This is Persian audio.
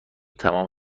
تمام